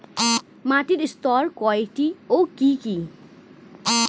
মাটির স্তর কয়টি ও কি কি?